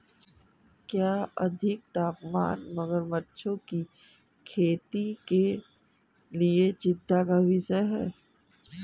क्या अधिक तापमान मगरमच्छों की खेती के लिए चिंता का विषय है?